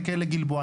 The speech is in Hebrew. תספרו או לא תספרו.